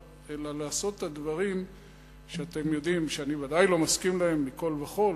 אלא לעשות את הדברים שאתם יודעים שאני ודאי לא מסכים להם מכול וכול,